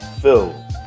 Phil